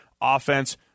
offense